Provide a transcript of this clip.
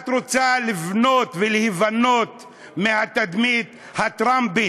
שאת רוצה לבנות ולהיבנות מהתדמית הטראמפית,